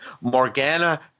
Morgana